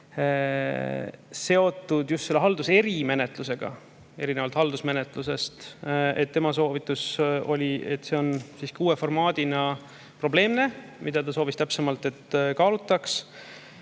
seotud just selle erihaldusmenetlusega erinevalt haldusmenetlusest. Tema soovitus oli, et see on siiski uue formaadina probleemne, ja ta soovis, et seda täpsemalt kaalutaks.